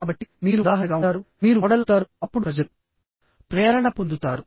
కాబట్టి మీరు ఉదాహరణగా ఉంటారు మీరు మోడల్ అవుతారు అప్పుడు ప్రజలు ప్రేరణ పొందుతారు